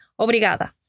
obrigada